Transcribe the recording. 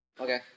Okay